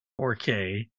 4K